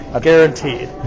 Guaranteed